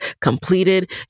completed